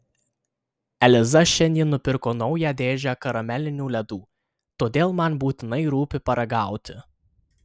eliza šiandien nupirko naują dėžę karamelinių ledų todėl man būtinai rūpi paragauti